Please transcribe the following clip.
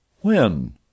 When